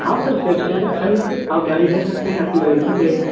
हाँ sir service centre ख़ाली है आप गाड़ी भेज सकते हैं आपकी गाड़ी धुल जाएगी